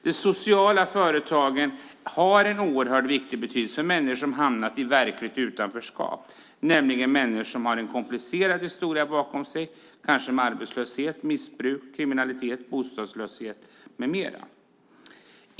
De sociala företagen har en oerhört stor betydelse för människor som har hamnat i verkligt utanförskap, nämligen människor som har en komplicerad historia bakom sig, kanske med arbetslöshet, missbruk, kriminalitet, bostadslöshet med mera.